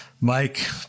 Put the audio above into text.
Mike